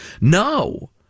No